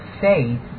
faith